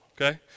okay